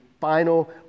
final